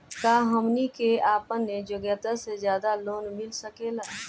का हमनी के आपन योग्यता से ज्यादा लोन मिल सकेला?